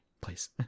Please